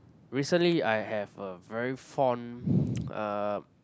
recently I have a very fond uh